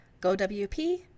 GoWP